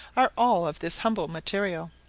are all of this humble material.